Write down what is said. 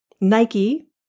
Nike